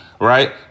right